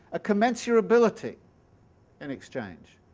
a commensurability in exchange.